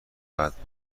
بعد